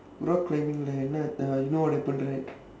rock climbing leh you know uh you know what happen right